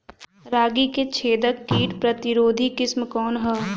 रागी क छेदक किट प्रतिरोधी किस्म कौन ह?